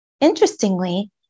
Interestingly